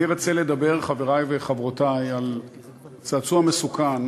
אני רוצה לדבר, חברי וחברותי, על צעצוע מסוכן